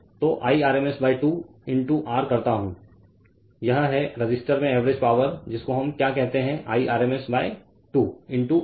तो I rms 2 into R करता हूं यह है रेसिस्टर में एवरेज पावर जिसको हम क्या कहते हैंI rms 2 ईंटो R